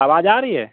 आवाज़ आ रही है